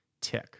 tick